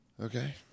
Okay